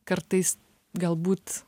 kartais galbūt